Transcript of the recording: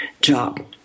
job